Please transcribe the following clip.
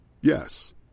Yes